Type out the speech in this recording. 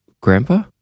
Grandpa